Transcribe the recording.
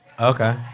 Okay